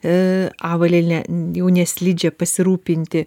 į avalynė jau neslidžia pasirūpinti